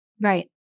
Right